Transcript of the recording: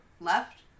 left